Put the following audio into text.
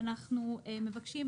אנחנו מבקשים,